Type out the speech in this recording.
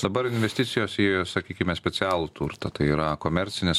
dabar investicijos į sakykime specialų turtą tai yra komercinės